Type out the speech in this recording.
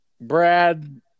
Brad